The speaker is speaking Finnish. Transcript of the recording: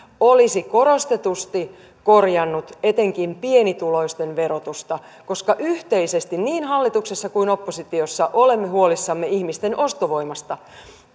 olisi korostetusti korjannut etenkin pienituloisten verotusta koska yhteisesti niin hallituksessa kuin oppositiossakin olemme huolissamme ihmisten ostovoimasta